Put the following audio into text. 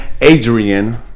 Adrian